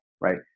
right